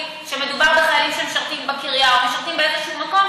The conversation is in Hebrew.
שמדובר בחיילים שמשרתים בקריה או שמשרתים באיזשהו מקום,